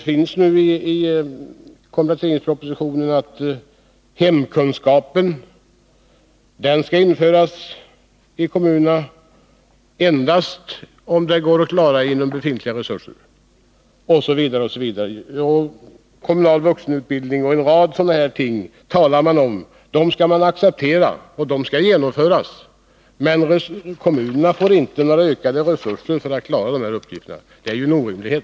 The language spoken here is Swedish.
Av kompletteringspropositionen framgår att hemkunskap skall införas i kommunerna endast om det går att klara det med befintliga resurser, att man kan acceptera kommunal vuxenutbildning och en rad sådana ting. Men kommunerna får inga ökade resurser för att klara uppgifterna. Det är . orimligt.